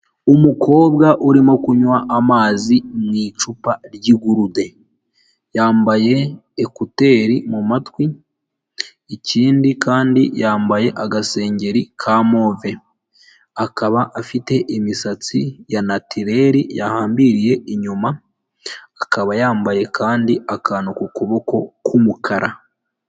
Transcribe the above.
Umukobwa urimo kunywa amazi mu icupa ry'igurude, yambaye ekuteri mu matwi , ikindi kandi yambaye agasengeri ka move, akaba afite imisatsi ya natileri yahambiriye inyuma, akaba yambaye kandi akantu ku kuboko k'umukara.